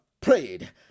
prayed